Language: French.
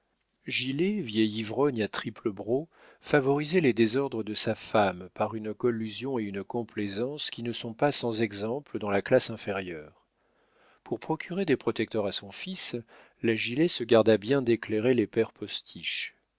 gilet vieil ivrogne à triple broc favorisait les désordres de sa femme par une collusion et une complaisance qui ne sont pas sans exemple dans la classe inférieure pour procurer des protecteurs à son fils la gilet se garda bien d'éclairer les pères postiches